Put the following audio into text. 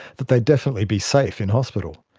that they'd definitely be safe in hospital.